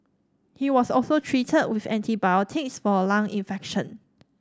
he was also treated with antibiotics for a lung infection